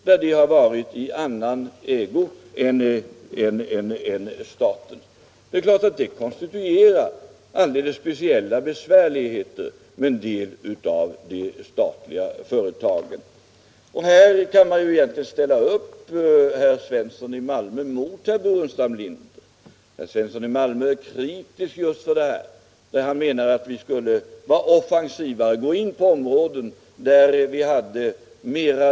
Det är klart att det konstituerar alldeles speciella —| april 1976 besvärligheter för en del av de statliga företagen. Se Här kan man egentligen ställa upp herr Svensson i Malmö mot herr — Teckning av aktier i Burenstam Linder. Herr Svensson är kritisk på denna punkt och anser = Statsföretag AB, att vi skulle vara mer offensiva och gå in på områden där vi hade en = Mm.m.